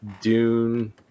Dune